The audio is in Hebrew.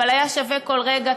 אבל היה שווה כל רגע,